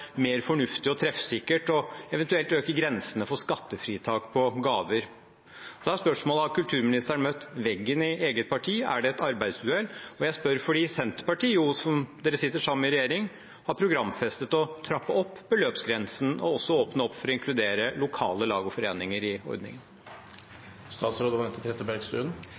mer fornuftig og treffsikkert eventuelt å øke grensene for skattefritak på gaver. Da er spørsmålet: Har kulturministeren møtt veggen i eget parti? Er det et arbeidsuhell? Jeg spør fordi Senterpartiet, som Arbeiderpartiet sitter sammen med i regjering, har programfestet å trappe opp beløpsgrensen og også å åpne opp for å inkludere lokale lag og foreninger i ordningen.